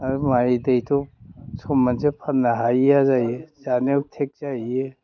आरो माइ दैथ' सम मोनसे फाननो हाहैया जायो जानायाव थेख जाहैयो